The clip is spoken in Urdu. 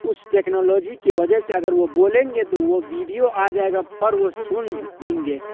اس ٹیکنالوجی کے وجہ سے اگر وہ بولیں گے تو وہ ویڈیو آجائے گا پر وہ سن لیں گے